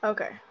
Okay